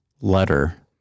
letter